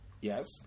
Yes